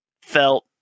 felt